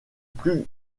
plus